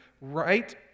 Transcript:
right